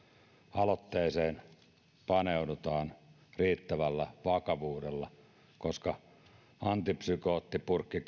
aloitteeseen paneudutaan riittävällä vakavuudella koska antipsykoottipurkki